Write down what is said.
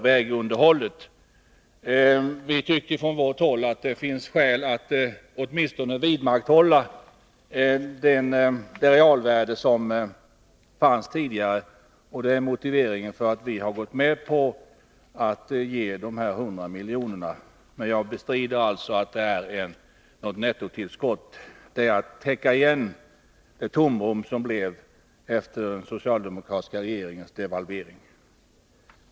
Vi tycker från vårt håll att det finns skäl att åtminstone vidmakthålla det realvärde som fanns tidigare. Vi har gått med på de 100 miljonerna. Jag bestrider alltså att det är något nettotillskott. Det är bara att täppa igen det tomrum som uppstod efter den socialdemokratiska regeringens devalvering.